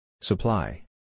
Supply